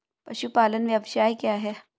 पशुपालन व्यवसाय क्या है?